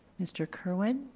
mr. kerwin.